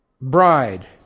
bride